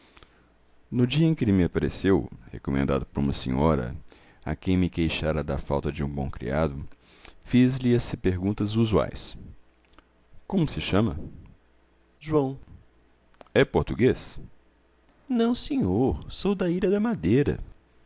no dia em que ele me apareceu recomendado por uma senhora a quem me queixara da falta de um bom criado fiz-lhe as perguntas usuais como se chama joão é português não senhor sou da ilha da madeira